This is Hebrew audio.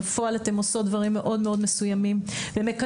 בפועל אתן עושות דברים מאוד מאוד מסוימים ומקדמות